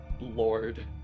Lord